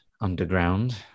underground